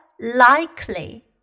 likely